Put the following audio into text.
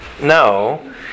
No